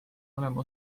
mõlema